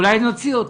אולי נוציא אותו.